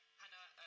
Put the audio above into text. hannah,